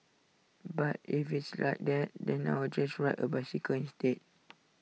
but if it's like that then I will just ride A bicycle instead